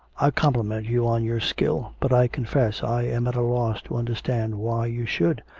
i compliment you on your skill, but i confess i am at a loss to understand why you should,